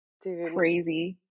crazy